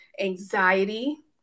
anxiety